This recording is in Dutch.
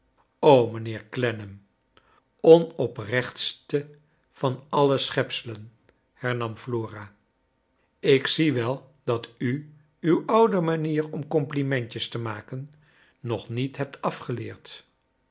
mijnheer clennam onoprechtste van alle schepselen hernam flora ik zie wel dat u uw oude manier om complimentjes te maken nog niet hebt afgeleerd